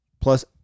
Plus